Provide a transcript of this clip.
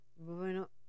Bueno